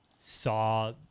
saw